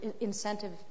incentive